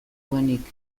duenik